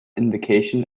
invocation